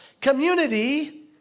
Community